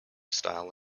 style